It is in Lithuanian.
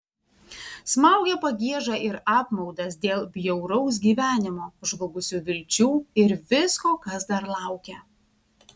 smaugė pagieža ir apmaudas dėl bjauraus gyvenimo žlugusių vilčių ir visko kas dar laukia